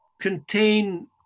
contain